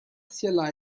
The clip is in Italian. sia